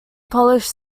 polish